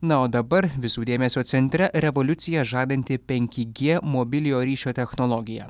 na o dabar visų dėmesio centre revoliuciją žadanti penki g mobiliojo ryšio technologija